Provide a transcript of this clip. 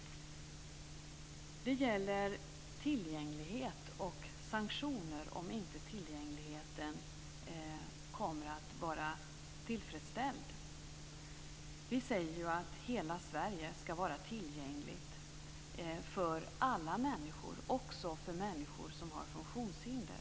Det gäller tillgängligheten men även sanktioner om tillgängligheten inte blir tillfredsställd. Vi säger ju att hela Sverige ska vara tillgängligt för alla människor, också för människor som har funktionshinder.